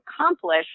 accomplish